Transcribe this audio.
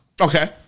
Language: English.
Okay